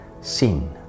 sin